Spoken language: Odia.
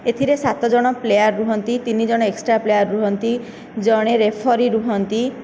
ଏଥିରେ ସାତଜଣ ପ୍ଲେୟାର ରୁହନ୍ତି ତିନି ଜଣ ଏକ୍ସଟ୍ରା ପ୍ଲେୟାର ରୁହନ୍ତି ଜଣେ ରେଫରୀ ରୁହନ୍ତି